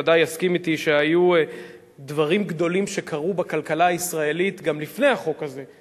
ודאי יסכים אתי שקרו בכלכלה הישראלית דברים גדולים גם לפני החוק הזה.